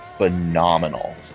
phenomenal